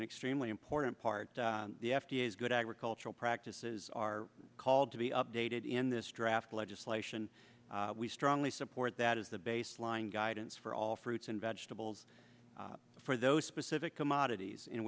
an extremely important part of the f d a is good agricultural practices are called to be updated in this draft legislation we strongly support that is the baseline guidance for all fruits and vegetables for those specific commodities in